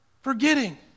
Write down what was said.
forgetting